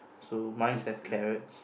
so mine's has carrots